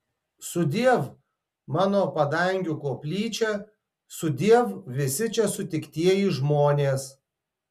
sudiev mano padangių koplyčia sudiev visi čia sutiktieji žmonės